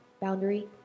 Boundary